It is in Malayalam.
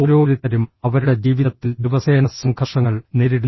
ഓരോരുത്തരും അവരുടെ ജീവിതത്തിൽ ദിവസേന സംഘർഷങ്ങൾ നേരിടുന്നു